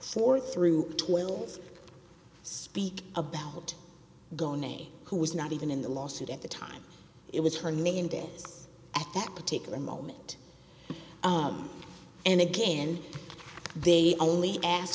four through twelve speak about goni who was not even in the lawsuit at the time it was hernandez at that particular moment and again they only asked